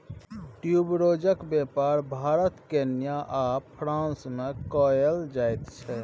ट्यूबरोजक बेपार भारत केन्या आ फ्रांस मे कएल जाइत छै